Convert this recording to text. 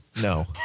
No